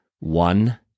One